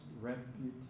reputation